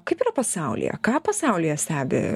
kaip yra pasaulyje ką pasaulyje stebi